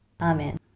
Amen